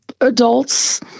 adults